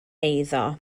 eiddo